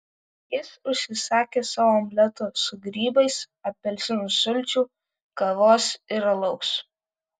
jis užsisakė sau omleto su grybais apelsinų sulčių kavos ir alaus